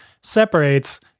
separates